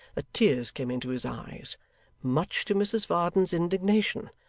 that tears came into his eyes much to mrs varden's indignation,